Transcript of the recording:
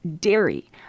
dairy